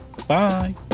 Bye